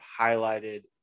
highlighted